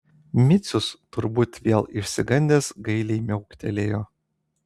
micius turbūt vėl išsigandęs gailiai miauktelėjo